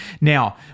Now